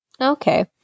Okay